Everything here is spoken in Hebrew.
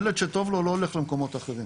ילד שטוב לו לא הולך למקומות אחרים.